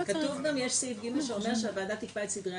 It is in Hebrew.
כתוב גם יש סעיף (ג) שאומר שהוועדה תקבע את סדרי עבודתה.